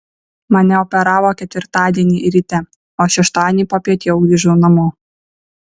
mane operavo ketvirtadienį ryte o šeštadienį popiet jau grįžau namo